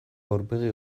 aurpegi